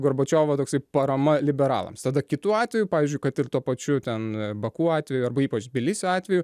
gorbačiovo toksai parama liberalams tada kitu atveju pavyzdžiui kad ir tuo pačiu ten baku atveju arba ypač tbilisio atveju